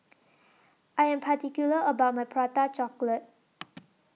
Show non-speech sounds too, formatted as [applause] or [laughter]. I Am particular about My Prata Chocolate [noise]